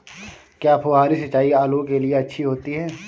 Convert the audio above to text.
क्या फुहारी सिंचाई आलू के लिए अच्छी होती है?